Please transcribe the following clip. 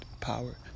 power